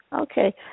Okay